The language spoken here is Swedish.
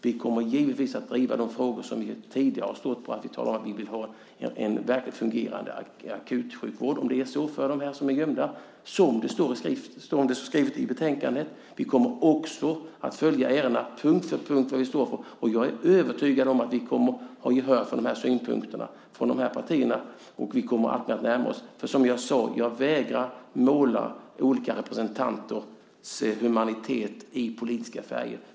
Vi kommer givetvis att driva de frågor som vi tidigare har stått för. Vi har talat om att vi vill ha en verkligt fungerande akutsjukvård för dem som är gömda. Så står det skrivet i betänkandet. Vi kommer att följa ärendena punkt för punkt när det gäller vad vi står för. Jag är övertygad om att vi kommer att få gehör för synpunkterna från partierna. Vi kommer alltmer att närma oss varandra. Som jag sade vägrar jag att måla olika representanters humanitet i politiska färger.